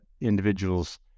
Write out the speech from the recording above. individuals